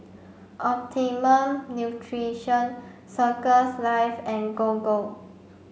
Optimum Nutrition Circles Life and Gogo